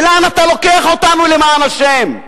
לאן אתה לוקח אותנו, למען השם?